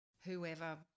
whoever